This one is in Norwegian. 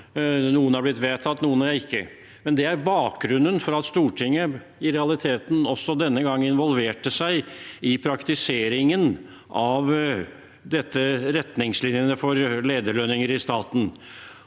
Noen er blitt vedtatt, noen ikke. Det er bakgrunnen for at Stortinget i realiteten også denne gangen involverte seg i praktiseringen av retningslinjene for lederlønninger i staten.